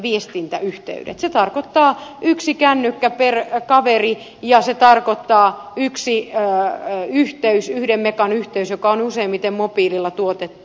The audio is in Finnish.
se tarkoittaa yksi kännykkä per kaveri ja se tarkoittaa yksi yhteys yhden megan yhteys joka on useimmiten mobiililla tuotettu